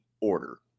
order